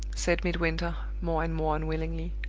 said midwinter, more and more unwillingly.